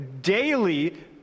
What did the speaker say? daily